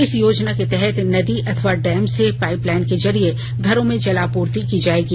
इस योजना के तहत नदी अथवा डैम से पाइपलाइन के जरिए घरों में जलापूर्ति की जाएगी